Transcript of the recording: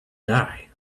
die